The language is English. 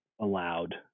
allowed